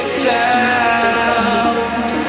sound